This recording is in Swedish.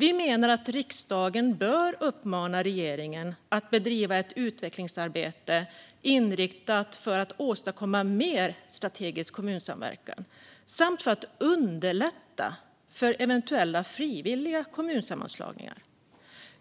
Vi menar att riksdagen bör uppmana regeringen att bedriva ett utvecklingsarbete inriktat mot att åstadkomma mer strategisk kommunsamverkan samt för att underlätta för eventuella frivilliga kommunsammanslagningar